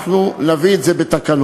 אנחנו נביא את זה בתקנות,